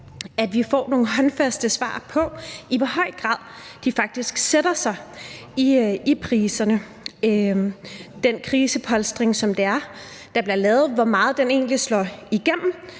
at vi får nogle håndfaste svar på, i hvor høj grad de faktisk sætter sig i priserne, og hvor meget den krisepolstring, der bliver lavet, egentlig slår igennem